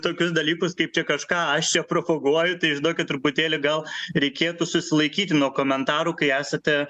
tokius dalykus kaip čia kažką aš čia propaguoju tai žinokit truputėlį gal reikėtų susilaikyti nuo komentarų kai esate